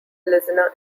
listener